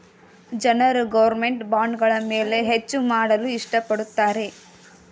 ಜನರು ಗೌರ್ನಮೆಂಟ್ ಬಾಂಡ್ಗಳ ಮೇಲೆ ಹೆಚ್ಚು ಮಾಡಲು ಇಷ್ಟ ಪಡುತ್ತಾರೆ